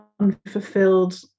unfulfilled